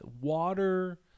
water